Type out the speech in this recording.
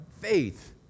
faith